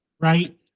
right